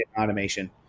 automation